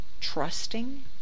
trusting